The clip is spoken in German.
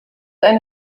eine